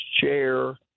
chair